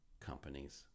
companies